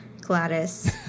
Gladys